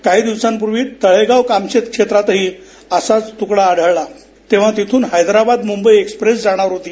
काही दिवसांपूर्वी तळेगाव कामशेत क्षेत्रातही असाच तुकडा आढळला तेव्हा तिथून हैदराबाद मुंबई एक्सप्रेस जाणार होती